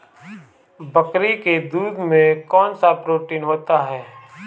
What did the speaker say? बकरी के दूध में कौनसा प्रोटीन होता है?